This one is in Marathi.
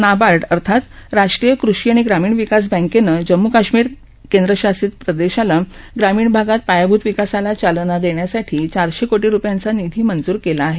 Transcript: नाबार्ड अर्थात राष्ट्रीय कृषी आणि ग्रामीण विकास बँकेनं जम्मू कश्मीर केंद्रशासित प्रदेशाला ग्रामीण भागात पायाभूत विकासाला चालना देण्यासाठी चारशे कोटी रुपयांचा निधी मंजूर केला आहे